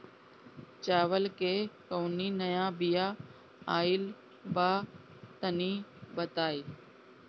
चावल के कउनो नया बिया आइल बा तनि बताइ?